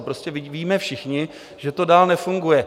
Prostě vidíme všichni, že to dál nefunguje.